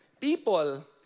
People